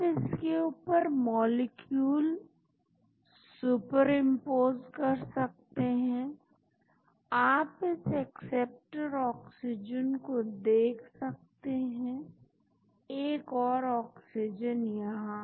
आप इसके ऊपर मॉलिक्यूल सुपर इंपोज कर सकते हैं आप इस एक्सेप्टर ऑक्सीजन को देख सकते हैं एक और ऑक्सीजन यहां